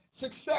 success